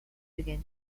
began